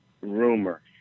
rumor